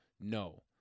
No